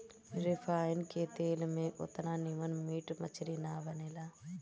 refine के तेल में ओतना निमन मीट मछरी ना बनेला